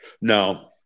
No